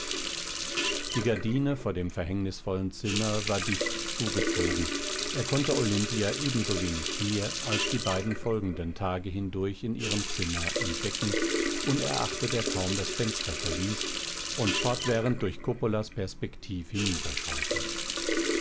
die gardine vor dem verhängnisvollen zimmer war dicht zugezogen er konnte olimpia ebensowenig hier als die beiden folgenden tage hindurch in ihrem zimmer entdecken unerachtet er kaum das fenster verließ und fortwährend durch coppolas